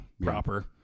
proper